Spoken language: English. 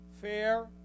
fair